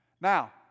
Now